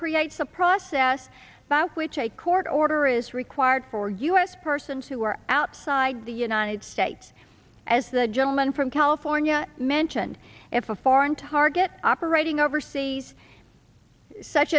creates a process by which a court order is required for u s persons who are outside the united states as the gentleman from california mentioned if a foreign target operating overseas such